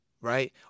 right